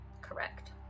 Correct